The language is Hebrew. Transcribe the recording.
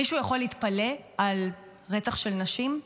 מישהו יכול להתפלא על רצח של נשים?